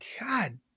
God